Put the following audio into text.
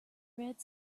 red